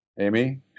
Amy